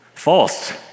False